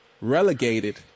relegated